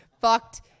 fucked